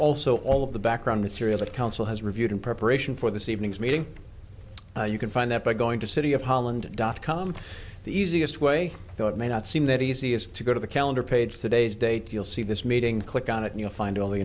also all of the background material that council has reviewed in preparation for this evening's meeting you can find that by going to city of holland dot com the easiest way though it may not seem that easiest to go to the calendar page today's date you'll see this meeting click on it and you'll find all the